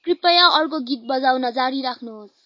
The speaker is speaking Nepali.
कृपया अर्को गीत बजाउन जारी राख्नुहोस्